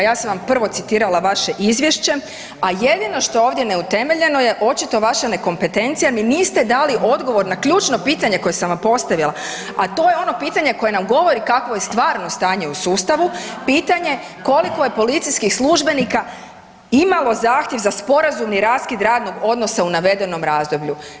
Ja sam vam prvo citirala vaše izvješće, a jedino što je ovdje neutemeljeno je očito vaša nekompetencija jer mi niste dali odgovor na ključno pitanje koje sam vam postavila, a to je ono pitanje koje nam govori kakvo je stvarno stanje u sustavu, pitanje koliko je policijskih službenika imalo zahtjev za sporazumni raskid radnog odnosa u navedenom razdoblju?